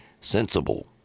sensible